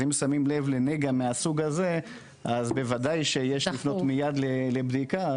אם שמים לב לנגע מהסוג הזה אז בוודאי שיש לפנות בדחיפות לבדיקה,